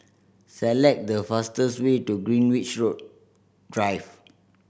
select the fastest way to Greenwich Drive